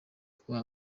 kuba